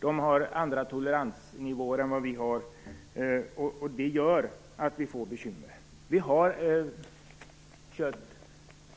De har andra toleransnivåer än vi. Det gör att vi får bekymmer. Vi har kött